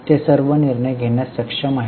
ते सर्व निर्णय घेण्यास सक्षम आहेत